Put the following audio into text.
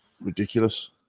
Ridiculous